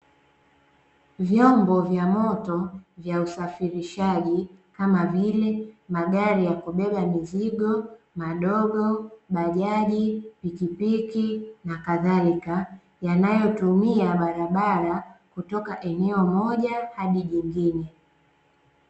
Vyombo vya moto vya usafirishaji, kama vile; magari ya kubeba mizigo madogo, bajaji, pikipiki na kadhalika, yanayotumia barabara kutoka eneo moja hadi jingine.